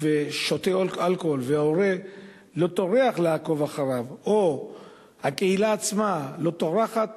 ושותה אלכוהול וההורה לא טורח לעקוב אחריו או הקהילה לא טורחת